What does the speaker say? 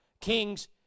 Kings